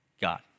God